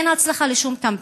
אין הצלחה לשום קמפיין.